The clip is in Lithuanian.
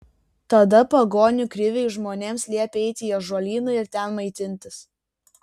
tada pagonių kriviai žmonėms liepė eiti į ąžuolyną ir ten maitintis